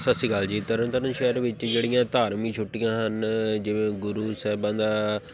ਸਤਿ ਸ਼੍ਰੀ ਅਕਾਲ ਜੀ ਤਰਨ ਤਾਰਨ ਸ਼ਹਿਰ ਵਿੱਚ ਜਿਹੜੀਆਂ ਧਾਰਮਿਕ ਛੁੱਟੀਆਂ ਹਨ ਜਿਵੇਂ ਗੁਰੂ ਸਾਹਿਬਾਂ ਦਾ